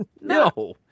no